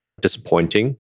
disappointing